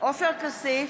כסיף,